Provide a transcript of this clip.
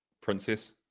princess